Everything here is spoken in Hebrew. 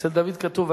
אצל דוד כתוב,